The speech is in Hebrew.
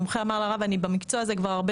המומחה אמר לרב: אני במקצוע הזה כבר הרבה